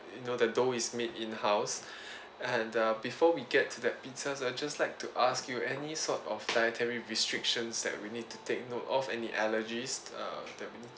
you know the dough is made in house and uh before we get to that pizzas I just like to ask you any sort of dietary restrictions that we need to take note of any allergies uh that we need